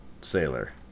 sailor